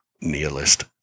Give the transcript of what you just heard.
nihilist